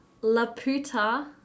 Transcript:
laputa